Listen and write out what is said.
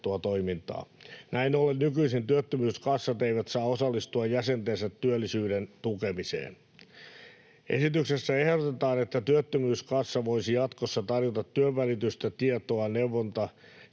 Näin ollen työttömyyskassat eivät nykyisin saa osallistua jäsentensä työllisyyden tukemiseen. Esityksessä ehdotetaan, että työttömyyskassa voisi jatkossa tarjota työnvälitystä, tietoa, neuvonta-